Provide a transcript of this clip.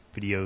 Videos